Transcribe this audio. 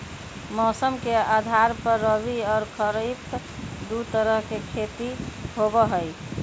मौसम के आधार पर रबी और खरीफ दु तरह के खेती होबा हई